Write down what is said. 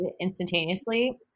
instantaneously